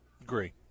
Agree